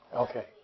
Okay